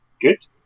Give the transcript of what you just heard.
good